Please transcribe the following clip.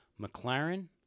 McLaren